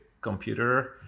computer